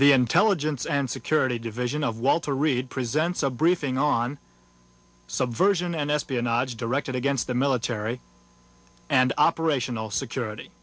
the intelligence and security division of walter reed presents a briefing on subversion and espionage directed against the military and operational security